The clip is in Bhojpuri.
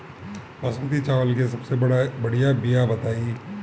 बासमती चावल के सबसे बढ़िया बिया बताई?